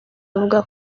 bavuga